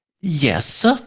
Yes